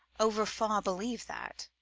over-far believe that,